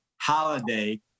holiday